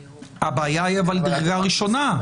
הוא --- הבעיה היא דרגה ראשונה.